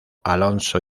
alonso